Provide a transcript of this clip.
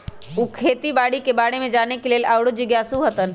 उ खेती बाड़ी के बारे में जाने के लेल आउरो जिज्ञासु हतन